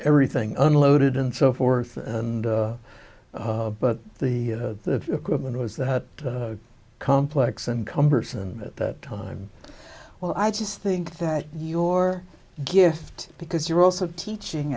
everything unloaded and so forth and but the equipment was that complex and cumbersome at that time well i just think that your gift because you're also teaching